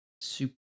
super